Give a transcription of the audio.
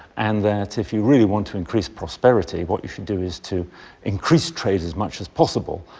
and that if you really want to increase prosperity, what you should do is to increase trade as much as possible,